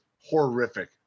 horrific